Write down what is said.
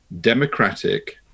democratic